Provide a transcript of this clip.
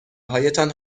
هایتان